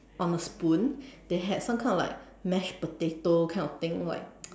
on the spoon they had some kind of like mashed potato kind of thing like